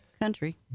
country